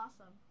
awesome